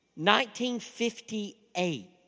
1958